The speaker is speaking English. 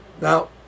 Now